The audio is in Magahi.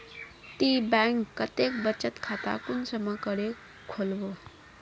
ती बैंक कतेक बचत खाता कुंसम करे खोलबो?